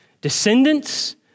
Descendants